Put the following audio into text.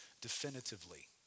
definitively